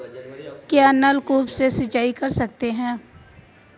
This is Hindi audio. क्या नलकूप से सिंचाई कर सकते हैं?